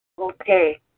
Okay